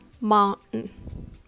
mountain